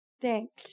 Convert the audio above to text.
Thanks